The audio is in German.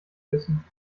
wissen